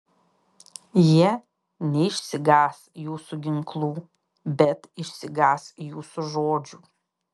jie neišsigąs jūsų ginklų bet išsigąs jūsų žodžių